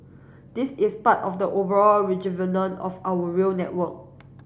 this is part of the overall rejuvenate of our rail network